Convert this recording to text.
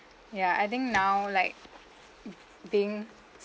ya I think now like b~ being